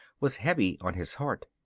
was heavy on his heart.